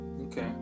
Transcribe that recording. Okay